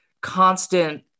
constant